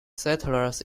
settlers